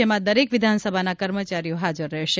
જેમાં દરેક વિધાનસભાના કર્મચારીઓ હાજર રહેશે